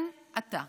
כן, אתה,